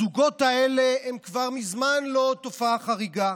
הזוגות האלה הם כבר מזמן לא תופעה חריגה.